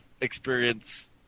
experience